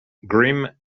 grim